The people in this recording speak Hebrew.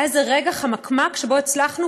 היה איזה רגע חמקמק שבו הצלחנו,